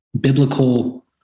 biblical